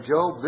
Job